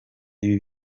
ibi